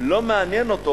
לא מעניין אותו